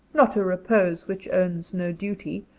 not a repose which owns no duty,